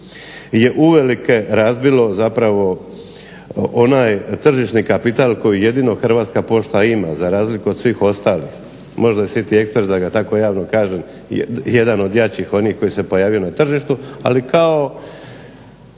je uvelike razbilo zapravo onaj tržišni kapital koji jedino Hrvatska pošta ima za razliku od svih ostalih. Možda i City express da ga tako javno kažem je jedan od jačih onih koji se pojavio na tržištu, ali kao